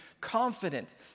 confident